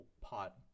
pot